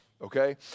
okay